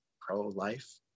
pro-life